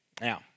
Now